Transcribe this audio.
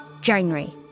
January